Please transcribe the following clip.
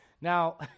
Now